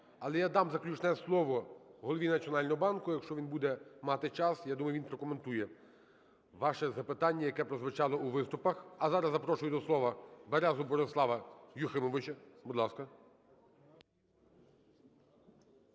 Але я дам заключне слово Голові Національного банку, якщо він буде мати час, я думаю, він прокоментує ваше запитання, яке прозвучало у виступах. А зараз запрошую до слова Березу Борислава Юхимовича.